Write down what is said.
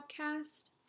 podcast